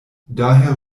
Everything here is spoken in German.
daher